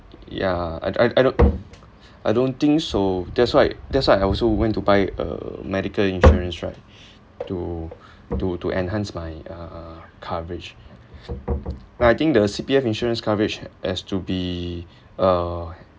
yeah I I I don't I don't think so that's why that's why I also went to buy a medical insurance right to to to enhance my uh coverage right I think the C_P_F insurance coverage has to be uh